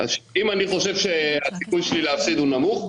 אם אני חושב שהסיכוי שלי להפסיד הוא נמוך.